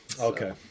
Okay